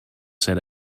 sent